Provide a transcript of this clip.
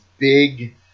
big